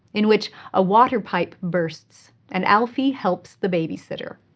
in which a water pipe bursts and alfie helps the babysitter.